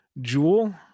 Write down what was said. Jewel